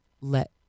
let